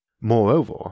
Moreover